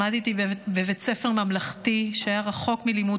למדתי בבית ספר ממלכתי שהיה רחוק מלימוד